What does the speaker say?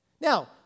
Now